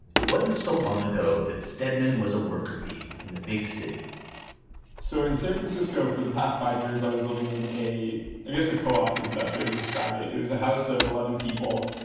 it wasn't so long ago that stedman was a worker bee in the big city so in san francisco, for the past five years, i was living in a i guess a co-op is the best way to describe it. it was a house of eleven people.